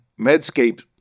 Medscape